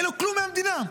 אין לו כלום מהמדינה.